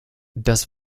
das